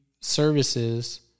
services